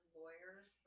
lawyers